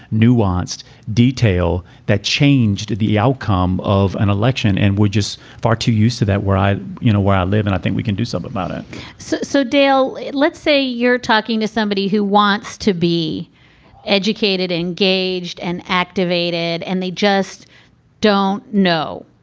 nuanced detail that changed the outcome of an election. and we're just far too used to that where i you know, where i live. and i think we can do something about it so, so dale, let's say you're talking to somebody who wants to be educated, engaged and activated and they just don't know.